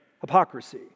hypocrisy